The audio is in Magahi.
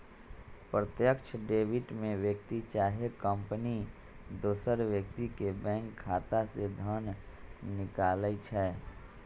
प्रत्यक्ष डेबिट में व्यक्ति चाहे कंपनी दोसर व्यक्ति के बैंक खता से धन निकालइ छै